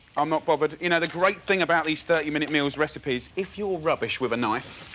i'm not but but you know the great thing about these thirty minute meals recipes if you're rubbish with a knife,